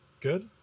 good